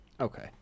Okay